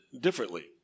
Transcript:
differently